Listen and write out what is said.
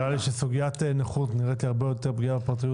סוגית נכות נראית לי הרבה יותר פגיעה בפרטיות